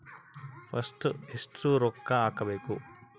First ಎಷ್ಟು ರೊಕ್ಕ ಹಾಕಬೇಕು?